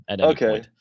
Okay